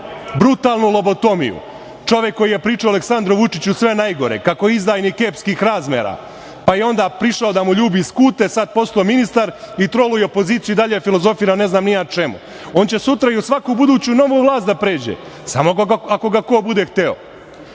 brutalnu lobotomiju. Čovek koji je pričao o Aleksandru Vučiću sve najgore, kako je izdajnik epskih razmera, pa je onda prišao da mu ljubi skute, sad postao ministar i troluje opoziciju i dalje filozofira o ne znam ni ja čemu. On će sutra i u svaku buduću novu vlast da pređe, samo ako ga ko bude hteo,